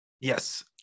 Yes